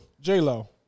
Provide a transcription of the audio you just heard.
J-Lo